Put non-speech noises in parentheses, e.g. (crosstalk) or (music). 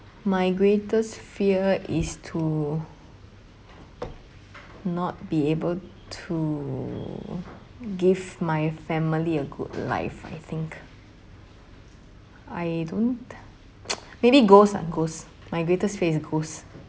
my greatest fear is to not be able to give my family a good life I think I don't (noise) maybe ghost ah ghost my greatest fear is ghosts